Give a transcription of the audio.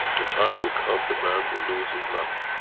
the time will come the man will lose his mouth.